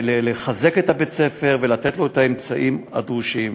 לחזק את בית-הספר ולתת לו את האמצעים הדרושים.